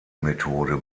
methode